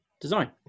design